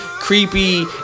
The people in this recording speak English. creepy